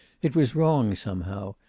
it was wrong, somehow.